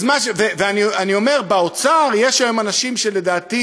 אני אומר, באוצר יש היום אנשים שלדעתי